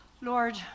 Lord